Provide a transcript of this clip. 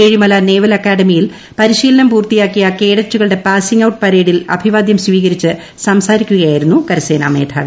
ഏഴിമല അക്കാഡമിയിൽ പരിശീലനം പൂർത്തിയാക്കിയ നേവൽ കേഡറ്റുകളുടെ പാസ്സിംഗ് ഔട്ട് പരേഡിൽ അഭിവാദ്യം സ്വീകരിച്ച് സംസാരിക്കുകയായിരുന്നു കരസേന മേധാവി